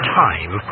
time